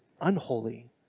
unholy